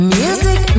music